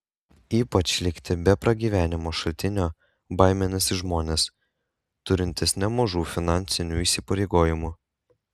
ypač likti be pragyvenimo šaltinio baiminasi žmonės turintys nemažų finansinių įsipareigojimų